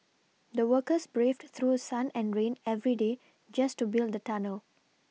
the workers braved through sun and rain every day just to build the tunnel